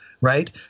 right